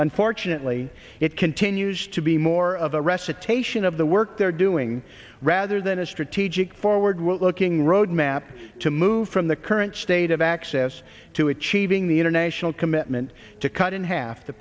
unfortunately it continues to be more of a recitation of the work they're doing rather than a strategic forward will looking roadmap to move from the current state of access to achieving the international commitment to cut in half the